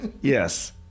yes